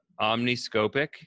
omniscopic